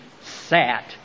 sat